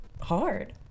hard